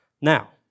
Now